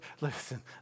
listen